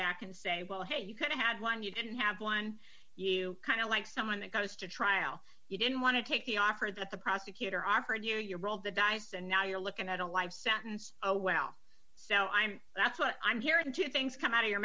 back and say well hey you could have had one you didn't have one you kind of like someone that goes to trial you didn't want to take the offer that the prosecutor our producer your rolled the dice and now you're looking at a life sentence oh well so i'm that's what i'm hearing two things come out of your